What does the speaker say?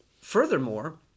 Furthermore